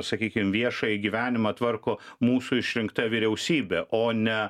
sakykim viešąjį gyvenimą tvarko mūsų išrinkta vyriausybė o ne